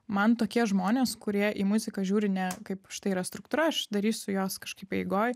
man tokie žmonės kurie į muziką žiūri ne kaip štai yra struktūra aš darysiu jos kažkaip eigoj